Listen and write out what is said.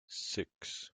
six